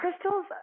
crystals